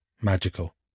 magical